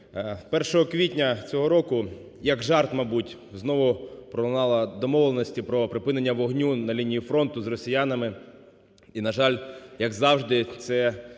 1 квітня цього року як жарт, мабуть, знову пролунали домовленості про припинення вогню на лінії фронту з росіянами, і, на жаль, як завжди це